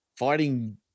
fighting